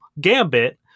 gambit